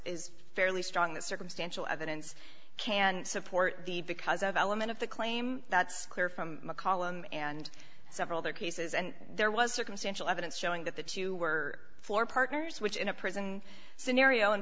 is fairly strong the circumstantial evidence can support the because of element of the claim that's clear from mccollum and several other cases and there was circumstantial evidence showing that the two were for partners which in a prison scenario and